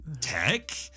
Tech